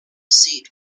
seat